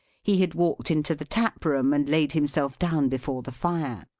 he had walked into the tap-room and laid himself down before the fire.